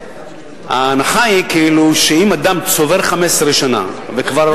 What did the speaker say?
ההנחה היא שאם אדם צובר 15 שנה וכבר,